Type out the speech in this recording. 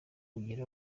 ugire